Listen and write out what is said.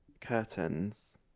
Curtains